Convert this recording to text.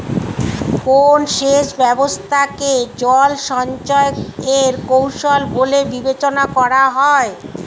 কোন সেচ ব্যবস্থা কে জল সঞ্চয় এর কৌশল বলে বিবেচনা করা হয়?